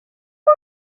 you